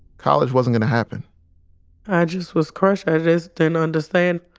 college wasn't gonna happen i just was crushed. i just didn't understand.